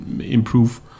improve